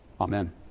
Amen